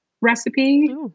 recipe